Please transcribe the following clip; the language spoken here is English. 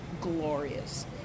glorious